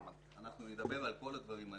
אנחנו נדבר על כל הדברים האלה.